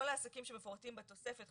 שמפורטים בתוספת,